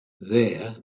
there